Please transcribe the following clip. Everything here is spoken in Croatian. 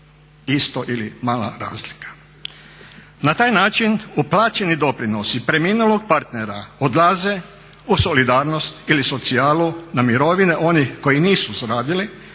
isto ili mala razlika. Na taj način uplaćeni doprinosi preminulog partnera odlaze u solidarnost ili socijalu na mirovine onih koji nisu radili